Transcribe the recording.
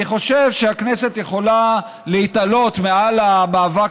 אני חושב שהכנסת יכולה להתעלות מעל המאבק